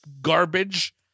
garbage